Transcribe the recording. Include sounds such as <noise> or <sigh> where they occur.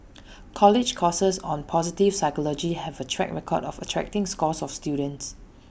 <noise> college courses on positive psychology have A track record of attracting scores of students